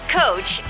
coach